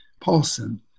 Paulson